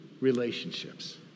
relationships